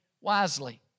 wisely